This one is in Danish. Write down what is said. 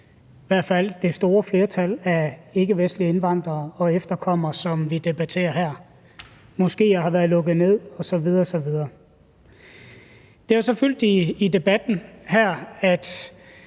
i hvert fald det store flertal af ikkevestlige indvandrere og efterkommere, som vi debatterer her. Moskeer har været lukket ned osv. osv. Det har så fyldt i debatten her, at